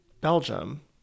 Belgium